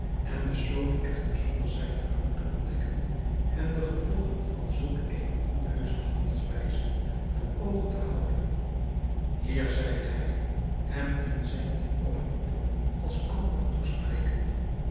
en besloot echter zonder zijnen rang te ontdekken hem de gevolgen van zulk eene onheusche handelwijze voor oogen te houden heer zeide hij hem in zijn incognito als koopman toesprekende